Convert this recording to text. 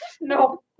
No